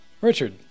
Richard